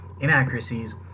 inaccuracies